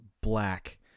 black